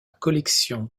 collection